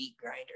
grinder